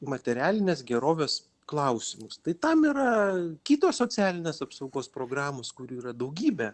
materialinės gerovės klausimus tai tam yra kitos socialinės apsaugos programos kurių yra daugybė